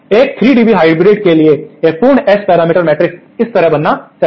एक 3 dB hybrid के लिए एक पूर्ण एस पैरामीटर मैट्रिक्स इस तरह बनना चाहिए